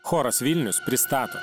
choras vilnius pristato